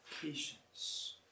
patience